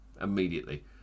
immediately